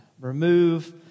remove